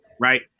right